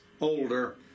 older